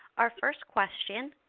our first question,